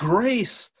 Grace